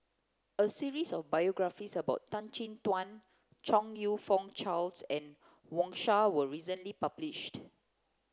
a series of biographies about Tan Chin Tuan Chong You Fook Charles and Wang Sha was recently published